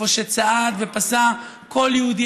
איפה שצעד ופסע כל יהודי,